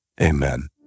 Amen